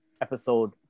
episode